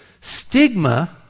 Stigma